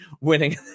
winning